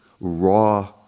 raw